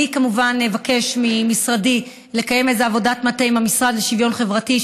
אני כמובן אבקש ממשרדי לקיים עבודת מטה עם המשרד לשוויון חברתי,